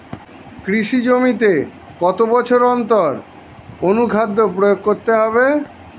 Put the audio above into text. কৃষি জমিতে কত বছর অন্তর অনুখাদ্য প্রয়োগ করতে হবে?